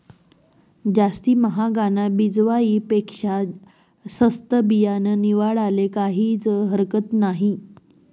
जास्ती म्हागानं बिजवाई पेक्शा सस्तं बियानं निवाडाले काहीज हरकत नही